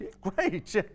great